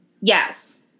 Yes